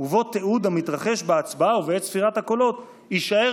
ובו תיעוד המתרחש בהצבעה ובעת ספירת הקולות יישאר